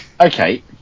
Okay